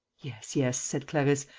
yes, yes, said clarisse.